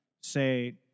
say